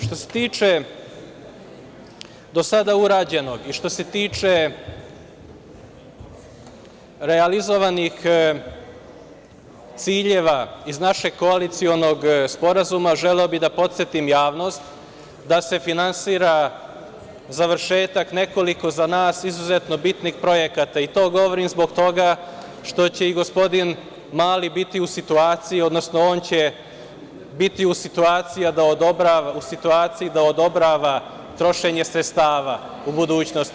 Što se tiče do sada urađenog i što se tiče realizovanih ciljeva iz našeg koalicionog sporazuma, želeo bih da podsetim javnost da se finansira završetak nekoliko za nas izuzetno bitnih projekata i to govorim zbog toga što će i gospodin Mali biti u situaciji, odnosno on će biti u situaciji da odobrava trošenje sredstava u budućnosti.